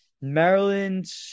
Maryland